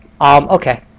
Okay